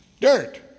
dirt